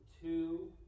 two